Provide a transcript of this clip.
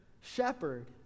shepherd